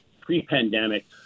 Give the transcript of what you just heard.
pre-pandemic